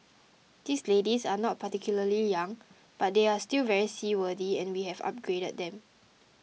these ladies are not particularly young but they are still very seaworthy and we have upgraded them